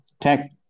tech